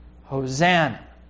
Hosanna